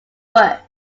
work